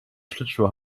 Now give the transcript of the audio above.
schlittschuhe